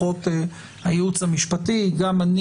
דעתנו, של הייעוץ המשפטי ושלי,